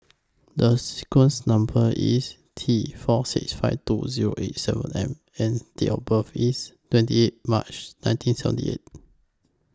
The sequence Number IS T four six five two Zero eight seven M and Date of birth IS twenty eight March nineteen seventy eight